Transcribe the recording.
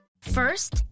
First